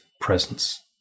presence